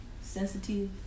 sensitive